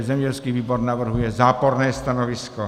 Zemědělský výbor navrhuje záporné stanovisko.